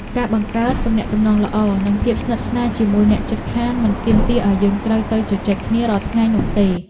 ការបង្កើតទំនាក់ទំនងល្អនិងភាពស្និទ្ធស្នាលជាមួយអ្នកជិតខាងមិនទាមទារឱ្យយើងត្រូវទៅជជែកគ្នារាល់ថ្ងៃនោះទេ។